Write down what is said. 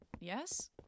yes